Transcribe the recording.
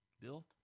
Bill